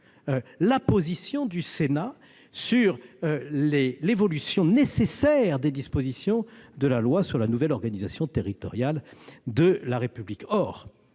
la position du Sénat sur l'évolution nécessaire des dispositions de la loi portant sur la nouvelle organisation territoriale de la République.